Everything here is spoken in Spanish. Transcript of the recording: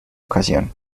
ocasión